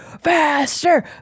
faster